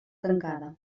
tancada